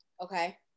okay